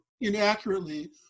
inaccurately